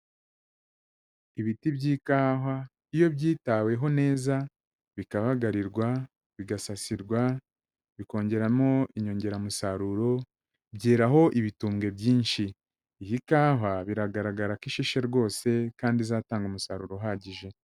Ibiti by'ikawa iyo byitaweho neza bikabagarirwa, bigasasirwa, bikongeramo inyongeramusaruro byeraho ibitumbwe byinshi, iyi kawa biragaragara ko ishishe rwose kandi izatanga umusaruro uhagije.